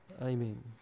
Amen